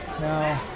No